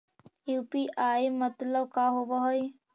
UPI मतलब का होब हइ?